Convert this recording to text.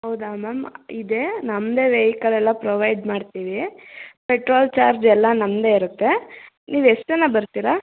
ಹೌದಾ ಮ್ಯಾಮ್ ಇದೇ ನಮ್ದೆ ವೈಕಲ್ ಎಲ್ಲ ಪ್ರೊವೈಡ್ ಮಾಡ್ತೀವಿ ಪೆಟ್ರೋಲ್ ಚಾರ್ಜ್ ಎಲ್ಲ ನಮ್ದೆ ಇರುತ್ತೆ ನೀವು ಎಷ್ಟು ಜನ ಬರ್ತೀರಾ